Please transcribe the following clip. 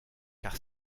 car